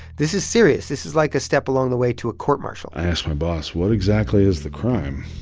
this is serious. this is, like, a step along the way to a court martial i asked my boss, what exactly is the crime?